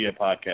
podcast